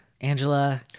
Angela